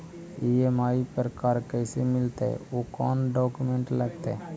EMI पर car कैसे मिलतै औ कोन डाउकमेंट लगतै?